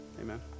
amen